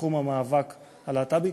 בתחום המאבק הלהט"בי.